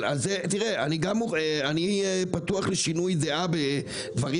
אבל תראה אני גם אני פתוח לשינוי דעה בדברים